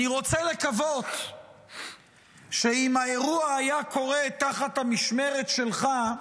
אני רוצה לקוות שאם האירוע היה קורה תחת המשמרת שלך,